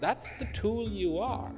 that's the tool you are